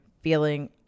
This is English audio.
feeling